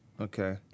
Okay